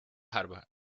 harvard